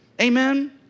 Amen